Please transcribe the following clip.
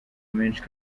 menshi